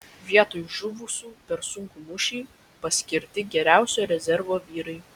vietoj žuvusių per sunkų mūšį paskirti geriausi rezervo vyrai